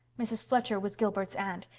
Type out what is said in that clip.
mrs. fletcher was gilbert's aunt.